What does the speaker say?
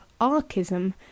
archism